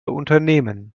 unternehmen